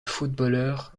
footballeur